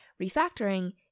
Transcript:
refactoring